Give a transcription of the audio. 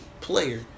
player